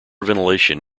ventilation